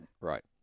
right